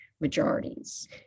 majorities